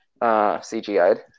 CGI'd